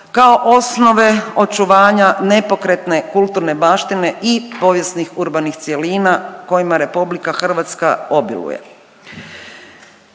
kao osnove očuvanja nepokretne kulturne baštine i povijesnih urbanih cjelina kojima Republika Hrvatska obiluje.